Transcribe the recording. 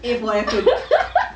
A for effort